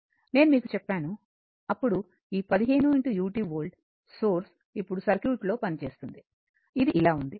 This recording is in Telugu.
నేను మీకు చెప్పాను అప్పుడు ఈ 15u వోల్ట్ సోర్స్ ఇప్పుడు సర్క్యూట్లో పనిచేస్తుంది ఇది ఇలా ఉంది